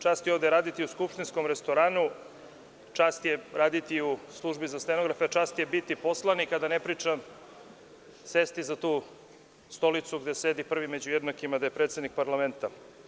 Čast je ovde raditi u skupštinskom restoranu, čast je raditi u Službi za stenografe, čast je biti poslanik, a da ne pričam sesti za tu stolicu gde sedi prvi među jednakima, gde je predsednik parlamenta.